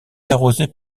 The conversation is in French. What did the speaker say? arrosée